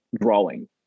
drawing